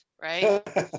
right